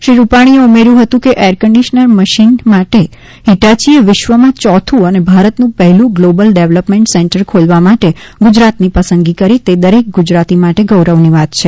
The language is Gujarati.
શ્રી રૂપાણીએ ઊમેર્યું હતું કે એરકન્ડીશનર મશીન માટે હીટાચીએ વિશ્વમાં યોથું અને ભારતનું પહેલું ગ્લોબલ ડેવલપમેન્ટ સેન્ટર ખોલવા માટે ગુજરાતની પસંદગી કરી તે દરેક ગુજરાતી માટે ગૌરવની વાત છે